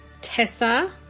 Tessa